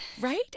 Right